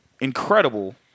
incredible